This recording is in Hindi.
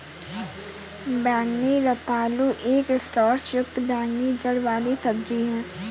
बैंगनी रतालू एक स्टार्च युक्त बैंगनी जड़ वाली सब्जी है